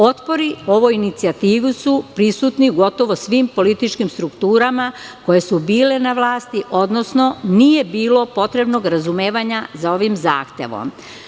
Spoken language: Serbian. Otpori ovoj inicijativi su prisutni u svim političkim strukturama koje su bile na vlasti, odnosno nije bilo potrebnog razumevanja za ovim zahtevom.